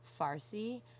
Farsi